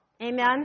Amen